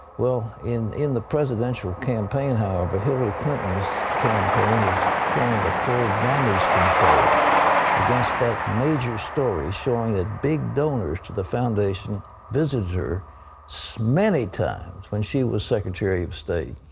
well, in in the presidential campaign, however, hillary clinton's campaign is going into full damage control against that major story showing that big donors to the foundation visited her so many times when she was secretary of state.